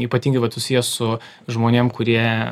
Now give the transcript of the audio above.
ypatingai vat susiję su žmonėm kurie